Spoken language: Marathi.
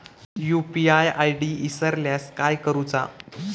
यू.पी.आय आय.डी इसरल्यास काय करुचा?